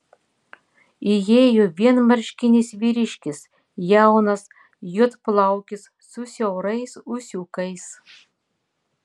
įėjo vienmarškinis vyriškis jaunas juodplaukis su siaurais ūsiukais